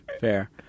Fair